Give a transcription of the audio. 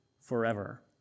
forever